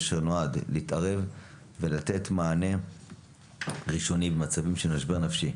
אשר נועד להתערב ולתת מענה ראשוני במצבים של משבר נפשי,